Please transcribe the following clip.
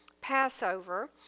Passover